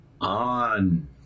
On